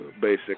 basic